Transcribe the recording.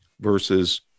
versus